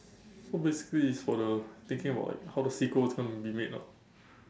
so basically it's for the thinking about like how the sequel is going to be made ah